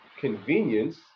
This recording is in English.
convenience